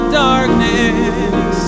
darkness